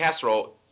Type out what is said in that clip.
casserole